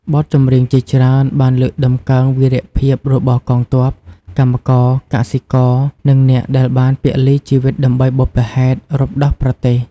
បទចម្រៀងជាច្រើនបានលើកតម្កើងវីរភាពរបស់កងទ័ព កម្មករ កសិករ និងអ្នកដែលបានពលីជីវិតដើម្បីបុព្វហេតុរំដោះប្រទេស។